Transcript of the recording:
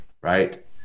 right